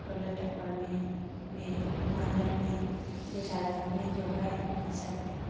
टोले टप्पड़ में भी मोहल्ले में दो चार आदमी जो है पाँच आदमी